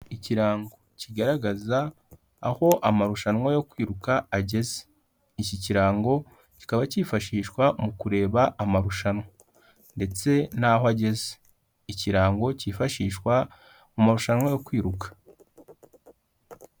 Ikirango kigaragaza aho amarushanwa yo kwiruka ageze. Iki kirango kikaba cyifashishwa mu kureba amarushanwa. Ndetse n'aho ageze, ikirango cyifashishwa mu marushanwa yo kwiruka.